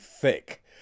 thick